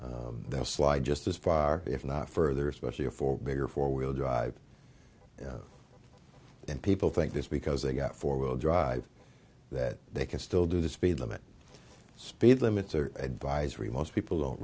they'll slide just as far if not further especially for bigger four wheel drive and people think this because they've got four wheel drive that they can still do the speed limit speed limits or advisory most people don't